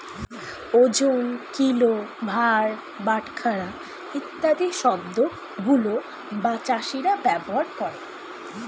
ওজন, কিলো, ভার, বাটখারা ইত্যাদি শব্দ গুলো চাষীরা ব্যবহার করে